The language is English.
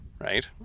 right